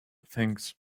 things